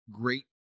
great